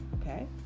Okay